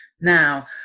Now